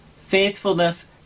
faithfulness